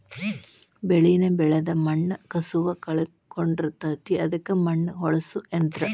ಬೆಳಿನ ಬೆಳದ ಮಣ್ಣ ಕಸುವ ಕಳಕೊಳಡಿರತತಿ ಅದಕ್ಕ ಮಣ್ಣ ಹೊಳ್ಳಸು ಯಂತ್ರ